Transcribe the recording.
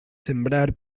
sembrar